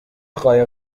قایق